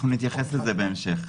אנחנו נתייחס לזה בהמשך.